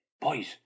boys